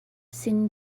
sin